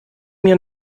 mir